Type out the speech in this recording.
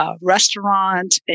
Restaurant